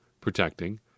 protecting